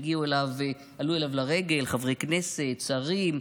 עלו אליו לרגל חברי כנסת, שרים,